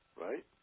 right